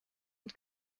and